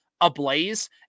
ablaze